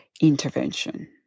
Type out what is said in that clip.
intervention